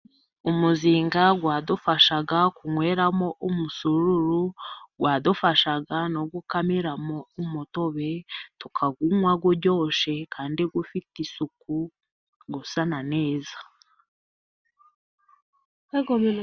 Umuzinga wadufashaga kunyweramo umusururu, wadufashaga no gukamira mo umutobe, tukawunywa uryoshe kandi ufite isuku usa neza.